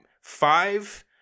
five